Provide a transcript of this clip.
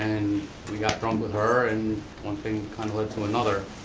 and we got drunk with her, and one thing kinda led to another.